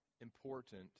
important